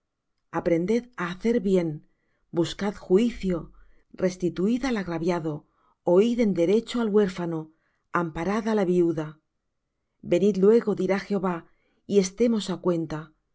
aprended á hacer bien buscad juicio restituid al agraviado oid en derecho al huérfano amparad á la viuda venid luego dirá jehová y estemos á cuenta